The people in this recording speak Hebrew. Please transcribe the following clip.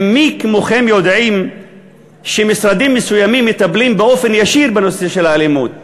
ומי כמוכם יודעים שמשרדים מסוימים מטפלים באופן ישיר בנושא של האלימות,